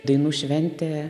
dainų šventė